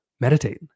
meditate